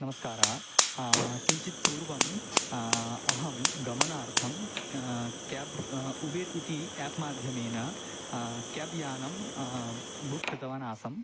नमस्कारः किञ्चित् पूर्वम् अहं गमनार्थं क क्याब् उबेर् इति याप् माध्यमेन क्याब्यानं बुक् कृतवान् आसम्